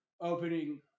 opening